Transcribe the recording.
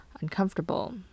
uncomfortable